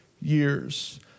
years